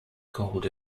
called